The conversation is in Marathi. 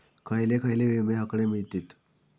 खयले खयले विमे हकडे मिळतीत?